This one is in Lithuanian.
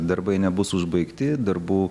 darbai nebus užbaigti darbų